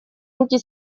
руки